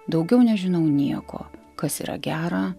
daugiau nežinau nieko kas yra gera